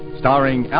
starring